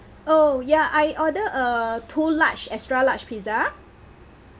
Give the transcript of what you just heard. oh ya I ordered uh too large extra large pizza